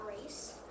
race